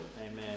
Amen